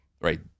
right